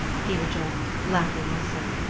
he rejoined, laughing also.